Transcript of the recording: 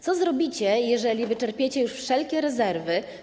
Co zrobicie, jeżeli wyczerpiecie już wszelkie rezerwy?